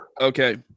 Okay